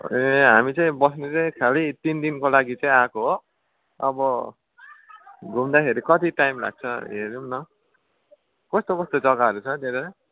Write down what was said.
ए हामी चाहिँ बस्ने चाहिँ खालि तिन दिनको लागि चाहिँ आएको हो अब घुम्दाखेरि कति टाइम लाग्छ हेरौँ न कस्तो कस्तो जग्गाहरू छ त्यता